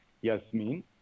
Yasmin